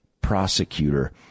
prosecutor